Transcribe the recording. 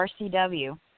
RCW